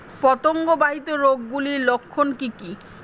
পতঙ্গ বাহিত রোগ গুলির লক্ষণ কি কি?